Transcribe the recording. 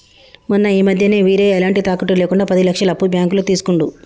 మొన్న ఈ మధ్యనే వీరయ్య ఎలాంటి తాకట్టు లేకుండా పది లక్షల అప్పు బ్యాంకులో తీసుకుండు